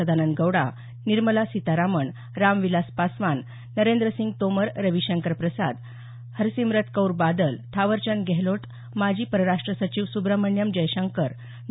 सदानंद गौडा निर्मला सीतारमण रामविलास पासवान नरेंद्र सिंग तोमर रवीशंकर प्रसाद हरसिमरत कौर बादल थावरचंद गेहलोत माजी परराष्ट्र सचिव सुब्रह्मण्यम जयशंकर डॉ